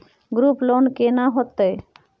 Group loan केना होतै?